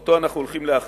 שאותו אנחנו הולכים להחליף,